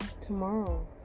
tomorrow